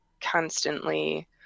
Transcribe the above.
constantly